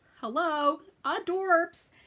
hello. adorbs!